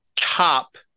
top